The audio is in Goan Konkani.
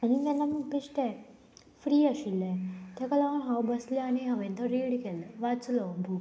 आनी जेन्ना मुख बिश्टें फ्री आशिल्लें तेका लागोन हांव बसलें आनी हांवेन तो रीड केल्लो वाचलो बूक